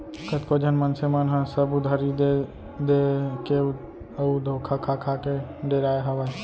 कतको झन मनसे मन ह सब उधारी देय देय के अउ धोखा खा खा डेराय हावय